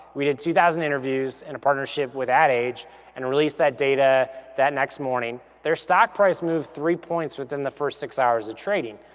we did two thousand interviews and a partnership with ad age and then released that data that next morning, their stock price moved three points within the first six hours of trading.